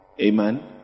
Amen